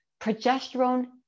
Progesterone